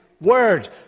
Word